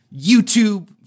YouTube